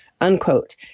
unquote